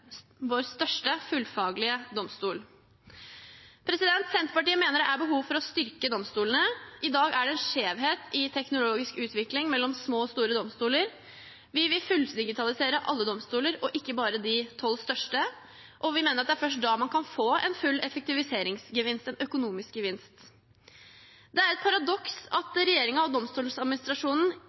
vår største fullfaglige domstol. Senterpartiet mener det er behov for å styrke domstolene. I dag er det en skjevhet i teknologisk utvikling mellom små og store domstoler. Vi vil fulldigitalisere alle domstoler, ikke bare de tolv største, og vi mener det er først da man kan få full effektiviseringsgevinst, en økonomisk gevinst. Det er et paradoks at regjeringen og